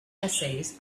essays